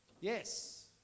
yes